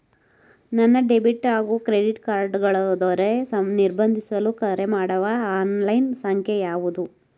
ನನ್ನ ಡೆಬಿಟ್ ಹಾಗೂ credit card ಕಳೆದುಹೋದರೆ ನಿರ್ಬಂಧಿಸಲು ಕರೆಮಾಡುವ ಆನ್ಲೈನ್ ಸಂಖ್ಯೆಯಾವುದು?